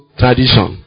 tradition